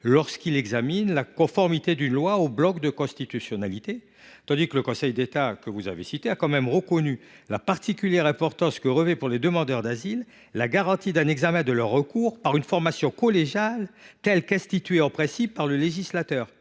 lorsqu’il examine la conformité d’une loi aux normes constitutionnelles. De même, le Conseil d’État a reconnu « la particulière importance que revêt, pour les demandeurs d’asile, la garantie d’un examen de leur recours par une formation collégiale, telle qu’instituée en principe par le législateur